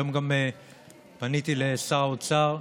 היום גם פניתי לשר האוצר,